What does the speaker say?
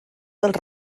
dels